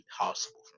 impossible